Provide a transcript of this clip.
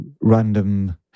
random